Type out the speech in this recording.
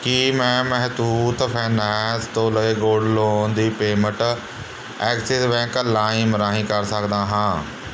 ਕੀ ਮੈਂ ਮਹਿਤੂਤ ਫਾਈਨੈਂਸ ਤੋਂ ਲਏ ਗੋਲਡ ਲੋਨ ਦੀ ਪੇਮੈਂਟ ਐਕਸਿਸ ਬੈਂਕ ਲਾਈਮ ਰਾਹੀਂ ਕਰ ਸਕਦਾ ਹਾਂ